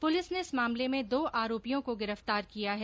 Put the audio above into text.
police ने इस मामले में दो आरोपियों को गिरफ्तार किया है